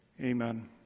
Amen